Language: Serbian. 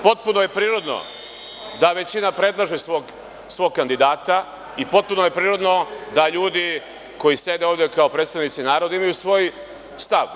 Potpuno je prirodno da većina predlaže svog kandidata i potpuno je prirodno da ljudi koji sede ovde kao predstavnici naroda imaju svoj stvar.